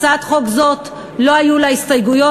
להצעת חוק זו לא היו הסתייגויות,